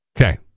Okay